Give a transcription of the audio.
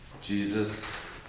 Jesus